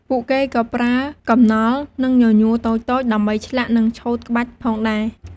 ពួកគេក៏ប្រើ កំណល់ និង ញញួរ តូចៗដើម្បី ឆ្លាក់ និងឆូតក្បាច់ផងដែរ។